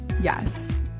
yes